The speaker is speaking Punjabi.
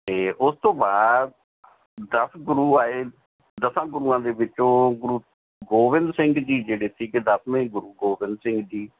ਅਤੇ ਉਸ ਤੋਂ ਬਾਅਦ ਦਸ ਗੁਰੂ ਆਏ ਦਸਾਂ ਗੁਰੂਆਂ ਦੇ ਵਿੱਚੋਂ ਗੁਰੂ ਗੋਬਿੰਦ ਸਿੰਘ ਜੀ ਜਿਹੜੇ ਸੀਗੇ ਦਸਵੇਂ ਗੁਰੂ ਗੋਬਿੰਦ ਸਿੰਘ ਜੀ